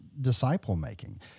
disciple-making